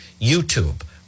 YouTube